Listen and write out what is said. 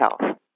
health